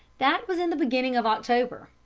that was in the beginning of october.